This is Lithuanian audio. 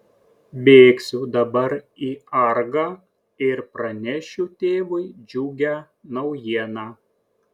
bėgsiu dabar į argą ir pranešiu tėvui džiugią naujieną